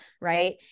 Right